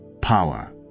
power